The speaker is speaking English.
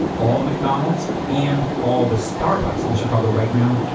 all the mcdonald's and all the starbucks in chicago right now,